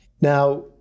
Now